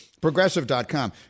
progressive.com